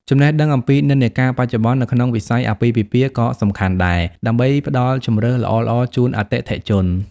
ចំណេះដឹងអំពីនិន្នាការបច្ចុប្បន្ន នៅក្នុងវិស័យអាពាហ៍ពិពាហ៍ក៏សំខាន់ដែរ ដើម្បីផ្តល់ជម្រើសល្អៗជូនអតិថិជន។